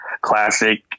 classic